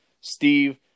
Steve